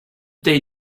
they